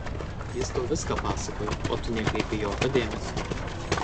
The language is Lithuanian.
jis tau viską pasakojo o tu nekreipei jokio dėmesio